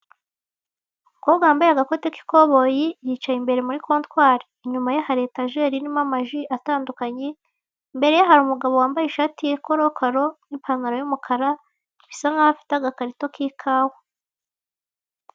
Umukobwa wambaye agakote k'ikoboyi yicaye imbere muri kontwari inyuma ye hari itajeri irimo amaji atandukanye, imbere ye hari umugabo wambaye ishati ya karokaro n'ipantaro y'umukara bisa nkaho afite agakarito k'ikawa.